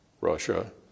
Russia